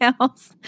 else